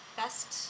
best